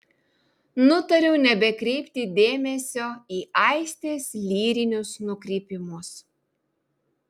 nutariau nebekreipti dėmesio į aistės lyrinius nukrypimus